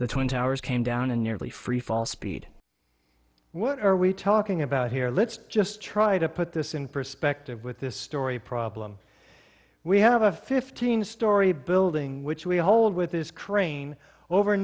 the twin towers came down a nearly free fall speed what are we talking about here let's just try to put this in perspective with this story problem we have a fifteen story building which we hold with this crane over